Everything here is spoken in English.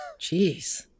Jeez